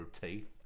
teeth